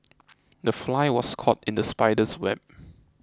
the fly was caught in the spider's web